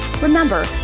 Remember